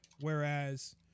whereas